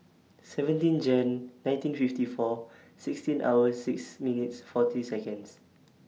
seventeen Jan nineteen fifty four sixteen hour six minute forty Seconds